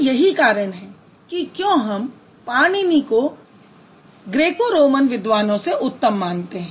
तो यही कारण है कि क्यों हम पाणिनी को ग्रेको रोमन विद्वानों से उत्तम मानते है